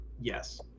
Yes